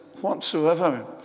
whatsoever